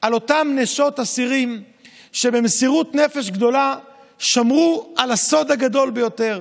על אותן נשות אסירים שבמסירות נפש גדולה שמרו על הסוד הגדול ביותר: